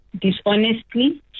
dishonestly